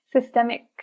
systemic